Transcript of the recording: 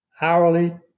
hourly